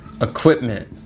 equipment